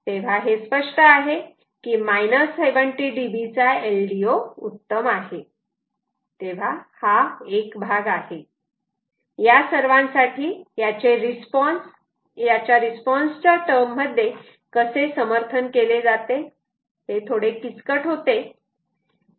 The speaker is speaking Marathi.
तेव्हा हे स्पष्ट आहे की 70dB चा LDO उत्तम आहे हा एक भाग आहे या सर्वांसाठी याचे रिस्पॉन्स च्या टर्म मध्ये कसे समर्थन केले जाते हे किचकट होते